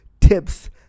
tips